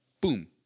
Boom